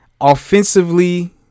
offensively